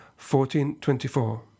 1424